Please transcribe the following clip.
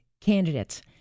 candidates